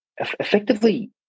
effectively